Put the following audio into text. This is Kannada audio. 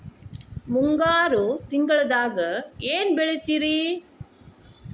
ಮುಂಗಾರು ತಿಂಗಳದಾಗ ಏನ್ ಬೆಳಿತಿರಿ?